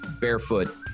Barefoot